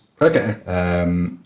Okay